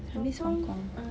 I miss hong kong